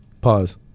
Pause